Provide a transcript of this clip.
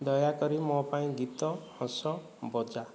ଦୟାକରି ମୋ ପାଇଁ ଗୀତ ହସ ବଜା